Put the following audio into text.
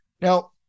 Now